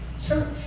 church